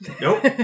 Nope